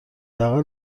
اقل